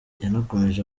yanakomeje